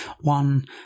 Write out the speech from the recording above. One